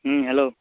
ᱦᱮᱸ ᱦᱮᱞᱳ